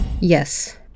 Yes